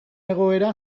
egoera